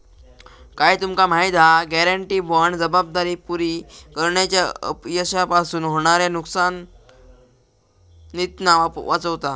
काय तुमका माहिती हा? गॅरेंटी बाँड जबाबदारी पुरी करण्याच्या अपयशापासून होणाऱ्या नुकसानीतना वाचवता